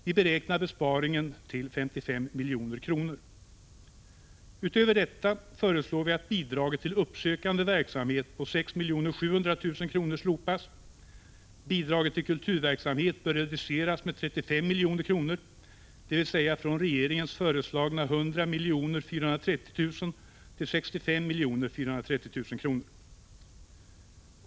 Vi beräknar besparingen till 55 milj.kr. Utöver detta föreslår vi att bidraget till uppsökande verksamhet på 6 700 000 kr. slopas. Bidraget till kulturverksamhet bör reduceras med 35 000 000 kr., från regeringens föreslagna 100 430 000 kr. till 65 430 000 kr.